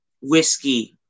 whiskey